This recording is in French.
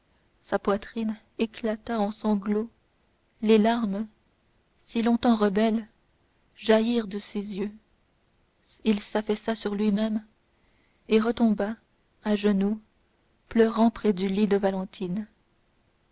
sa poitrine éclata en sanglots les larmes si longtemps rebelles jaillirent de ses yeux il s'affaissa sur lui-même et retomba à genoux pleurant près du lit de valentine